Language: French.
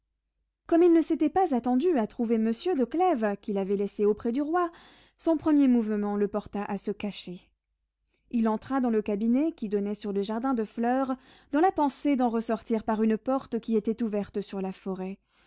comme il ne s'était pas attendu à trouver monsieur de clèves qu'il avait laissé auprès du roi son premier mouvement le porta à se cacher il entra dans le cabinet qui donnait sur le jardin de fleurs dans la pensée d'en ressortir par une porte qui était ouverte sur la forêt